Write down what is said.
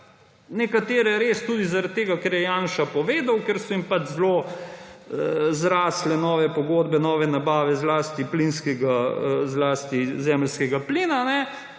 nekatere res tudi zaradi tega, kar je Janša povedal, ker so jim pač zelo zrasle nove pogodbe, nove nabave zlasti zemeljskega plina,